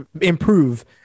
improve